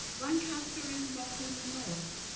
lancaster is not in the north.